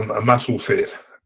a muscle set